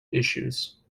issues